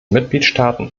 mitgliedstaaten